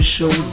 Show